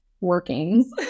workings